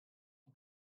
die